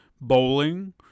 bowling